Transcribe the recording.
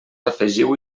afegiu